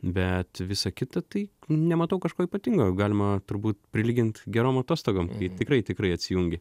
bet visa kita tai nematau kažko ypatingo galima turbūt prilygint gerom atostogom tai tikrai tikrai atsijungi